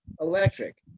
electric